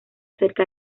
cerca